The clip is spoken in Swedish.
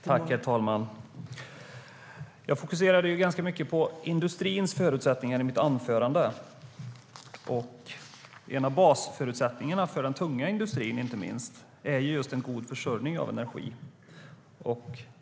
Herr ålderspresident! Jag fokuserade ganska mycket på industrins förutsättningar i mitt anförande. En av basförutsättningarna för inte minst den tunga industrin är en god försörjning av energi.